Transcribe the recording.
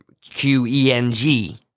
Q-E-N-G